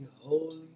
holy